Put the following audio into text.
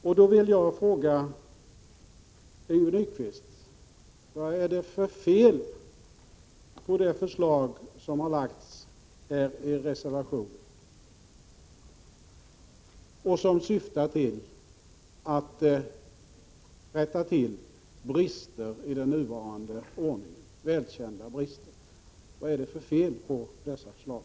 Jag vill fråga Yngve Nyquist: Vad är det för fel på de förslag som har framlagts i reservationen och som syftar till att rätta till välkända brister i den nuvarande ordningen?